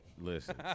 listen